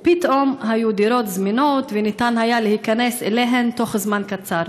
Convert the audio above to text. ופתאום היו דירות זמינות וניתן היה להיכנס אליהן תוך זמן קצר.